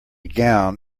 gown